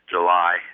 July